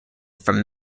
from